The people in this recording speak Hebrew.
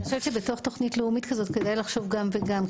אני חושבת שבתוך תוכנית לאומית כזאת כדאי לחשוב גם וגם.